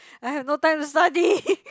I have no time to study